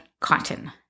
cotton